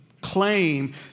claim